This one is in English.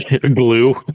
glue